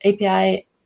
API